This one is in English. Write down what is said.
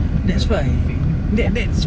boleh tahan pink tu ah